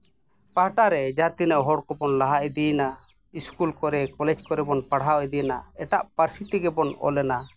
ᱯᱟᱦᱴᱟ ᱨᱮ ᱡᱟᱦᱟᱸ ᱛᱤᱱᱟᱹᱜ ᱦᱚᱲ ᱠᱚᱵᱚ ᱞᱟᱦᱟ ᱤᱫᱤᱱᱟ ᱤᱥᱠᱩᱞ ᱠᱚᱨᱮᱜ ᱠᱚᱞᱮᱡᱽ ᱠᱚᱨᱮᱜ ᱵᱚᱱ ᱯᱟᱲᱦᱟᱣ ᱤᱫᱤᱱᱟ ᱮᱴᱟᱜ ᱯᱟᱹᱨᱥᱤ ᱛᱮᱜᱮ ᱵᱚᱱ ᱚᱞᱢᱟ